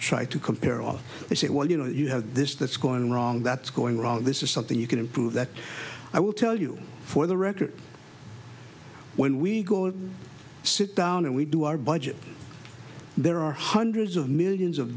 try to compare are they say well you know you have this that's gone wrong that's going wrong this is something you can improve that i will tell you for the record when we sit down and we do our budget there are hundreds of millions of